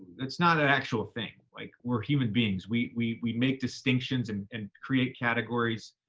it's not an actual thing. like, we're human beings. we, we make distinctions and and create categories.